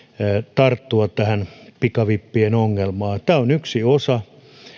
tarttua tähän pikavippien ongelmaan yksi osa